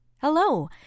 Hello